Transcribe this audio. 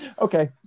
okay